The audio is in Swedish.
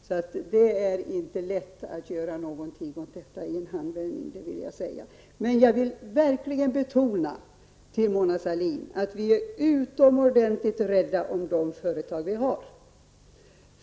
Det är därför inte lätt att göra någonting åt situationen i en handvändning. Jag vill dock säga till Mona Sahlin att vi är utomordentligt rädda om de företag vi har.